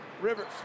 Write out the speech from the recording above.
Rivers